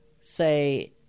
say